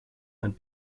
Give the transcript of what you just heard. and